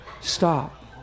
stop